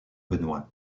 benoît